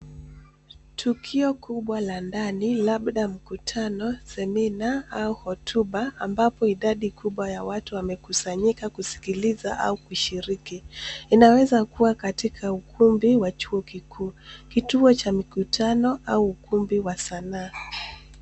Tukio kubwa la ndani, labda mkutano, semina au hotuba ambapo idadi kubwa ya watu wamekusanyika kuskiliza au kushiriki, inaweza kuwa katika ukumbi wa chuo kikuu, kituo cha mikutano au ukumbi wa sanaa.